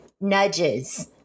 nudges